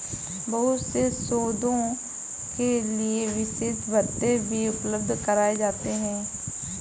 बहुत से शोधों के लिये विशेष भत्ते भी उपलब्ध कराये जाते हैं